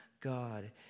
God